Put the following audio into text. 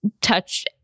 touch